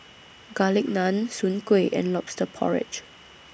Garlic Naan Soon Kuih and Lobster Porridge